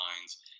lines